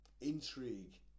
intrigue